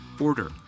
order